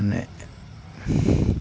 মানে